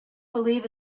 believe